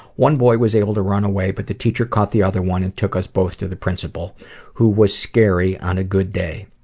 one boy was able to run away but the teacher caught the other one and took us both to the principal who was scary on a good day.